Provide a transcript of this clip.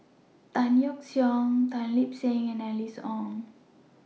Tan Yeok Seong Tan Lip Seng and Alice Ong